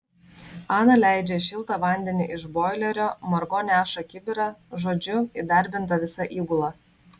ana leidžia šiltą vandenį iš boilerio margo neša kibirą žodžiu įdarbinta visa įgula